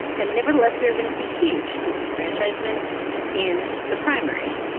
and nevertheless, we are gonna see huge disenfranchisement in the primary.